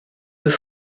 deux